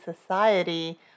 society